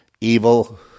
evil